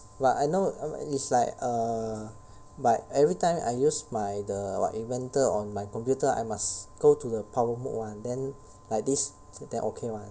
but I know I me~ is like err but everytime I use my the what inventor on my computer I must go to the power mode [one] then like this then okay [one]